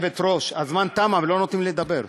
היושבת-ראש, הזמן תם אבל לא נותנים לי לדבר.